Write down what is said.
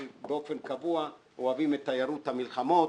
באופן קבוע אוהבים את תיירות המלחמות,